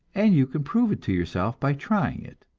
and you can prove it to yourself by trying it,